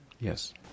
Yes